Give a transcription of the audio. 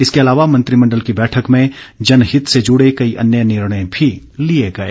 इसके अलावा मंत्रिमण्डल की बैठक में जनहित से जुड़े कई अन्य निर्णय भी लिए गए